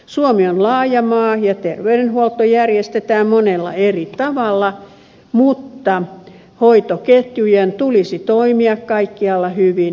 suomi on laaja maa ja terveydenhuolto järjestetään monella eri tavalla mutta hoitoketjujen tulisi toimia kaikkialla hyvin